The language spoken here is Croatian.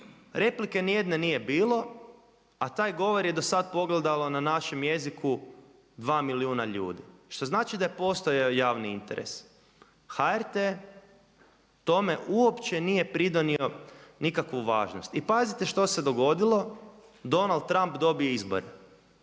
replike nijedne nije bilo, a taj govor je do sada pogledalo na našem jeziku dva milijuna ljudi, što znači da je postojao javni interes. HRT tome uopće nije pridonio nikakvu važnost. I pazite što se dogodilo, Donald Trump dobije izbore.